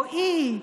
רועי,